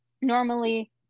normally